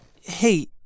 Hey